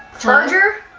charger?